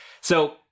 So-